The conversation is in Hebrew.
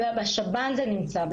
כן, בשב"ן זה נמצא.